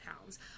pounds